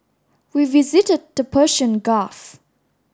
we visited the Persian Gulf